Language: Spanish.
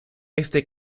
este